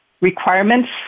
requirements